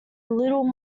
little